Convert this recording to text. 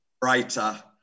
brighter